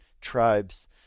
tribes